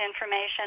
information